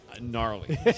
gnarly